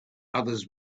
others